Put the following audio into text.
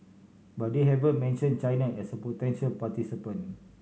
but they haven't mentioned China as a potential participant